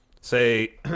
Say